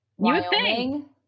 Wyoming